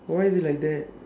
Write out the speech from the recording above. why is it like that